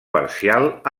parcial